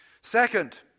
Second